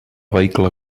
vehicle